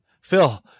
phil